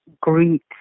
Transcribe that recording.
greet